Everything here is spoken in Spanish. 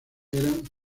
eran